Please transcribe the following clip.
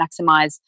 maximize